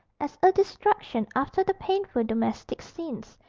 as a distraction after the painful domestic scenes,